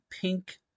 pink